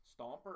Stomper